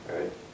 Right